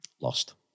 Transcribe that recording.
lost